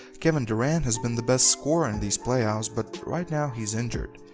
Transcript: kevin durant has been the best scorer in these playoffs, but right now he's injured.